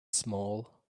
small